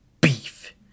beef